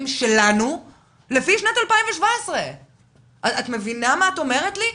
שלנו לפי שנת 2017. את מבינה מה את אומרת לי?